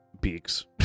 beaks